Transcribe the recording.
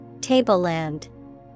Tableland